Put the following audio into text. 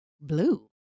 blue